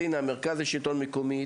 המרכז לשלטון מקומי,